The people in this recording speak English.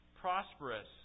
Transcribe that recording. prosperous